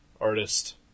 Artist